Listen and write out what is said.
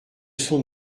sont